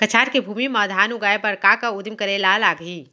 कछार के भूमि मा धान उगाए बर का का उदिम करे ला लागही?